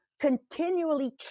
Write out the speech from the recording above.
Continually